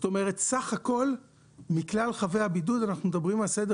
סך הכל מכלל חבי הבידוד אנחנו מדברים על סדר